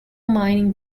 mining